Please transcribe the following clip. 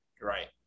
Right